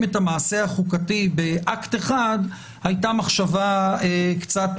את המעשה החוקתי באקט אחד הייתה מחשבה קצת